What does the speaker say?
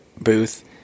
booth